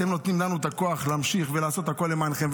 אתם נותנים לנו את הכוח להמשיך ולעשות הכול למענכם,